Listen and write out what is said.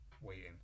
waiting